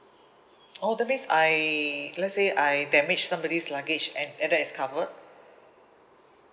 oh that means I let's say I damaged somebody's luggage and and that is covered